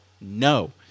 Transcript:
No